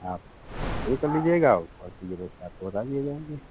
हाँ तब तक पूरी कर लीजिएगा आपको बता दीजिएगा